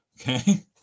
Okay